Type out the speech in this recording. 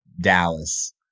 Dallas